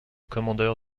commandeur